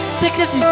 sickness